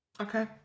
okay